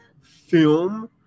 film